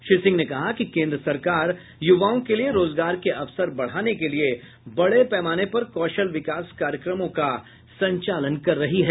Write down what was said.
श्री सिंह ने कहा कि केन्द्र सरकार युवाओं के लिए रोजगार के अवसर बढ़ाने के लिए बड़े पैमाने पर कौशल विकास कार्यक्रमों का संचालन कर रही है